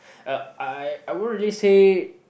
uh I I won't really say